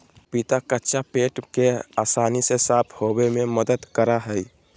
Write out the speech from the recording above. पपीता कच्चा पेट के आसानी से साफ होबे में मदद करा हइ